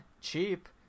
cheap